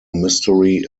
mystery